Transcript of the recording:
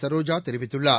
சரோஜா தெரிவித்துள்ளார்